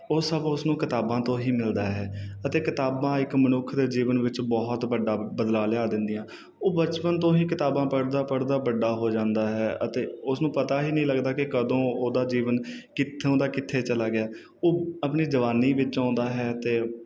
ਉਹ ਸਭ ਉਸ ਨੂੰ ਕਿਤਾਬਾਂ ਤੋਂ ਹੀ ਮਿਲਦਾ ਹੈ ਅਤੇ ਕਿਤਾਬਾਂ ਇੱਕ ਮਨੁੱਖ ਦੇ ਜੀਵਨ ਵਿੱਚ ਬਹੁਤ ਵੱਡਾ ਬਦਲਾਅ ਲਿਆ ਦਿੰਦੀਆਂ ਉਹ ਬਚਪਨ ਤੋਂ ਹੀ ਕਿਤਾਬਾਂ ਪੜ੍ਹਦਾ ਪੜ੍ਹਦਾ ਵੱਡਾ ਹੋ ਜਾਂਦਾ ਹੈ ਅਤੇ ਉਸਨੂੰ ਪਤਾ ਹੀ ਨਹੀਂ ਲੱਗਦਾ ਕਿ ਕਦੋਂ ਉਹਦਾ ਜੀਵਨ ਕਿੱਥੋਂ ਦਾ ਕਿੱਥੇ ਚਲਾ ਗਿਆ ਉਹ ਆਪਣੀ ਜਵਾਨੀ ਵਿੱਚ ਆਉਂਦਾ ਹੈ ਅਤੇ